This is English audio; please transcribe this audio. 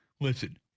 Listen